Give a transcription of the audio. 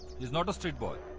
he's not a street boy.